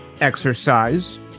exercise